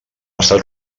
estat